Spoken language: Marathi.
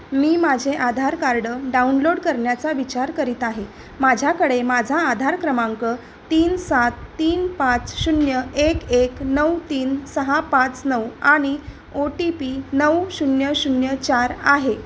मी माझे आधार कार्ड डाउनलोड करण्याचा विचार करीत आहे माझ्याकडे माझा आधार क्रमांक तीन सात तीन पाच शून्य एक एक नऊ तीन सहा पाच नऊ आणि ओ टी पी नऊ शून्य शून्य चार आहे